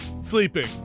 sleeping